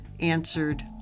answered